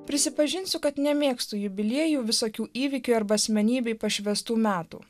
prisipažinsiu kad nemėgstu jubiliejų visokių įvykių arba asmenybei pašvęstų metų